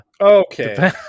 okay